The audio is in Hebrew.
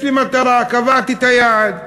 יש לי מטרה, קבעתי את היעד.